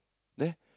there